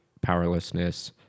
powerlessness